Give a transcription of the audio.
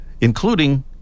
including